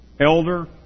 elder